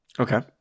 Okay